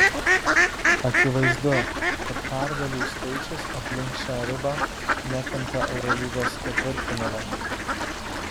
akivaizdu kad pergalių skaičius aplink šią ribą netempia eurolygos ketvirtfinalio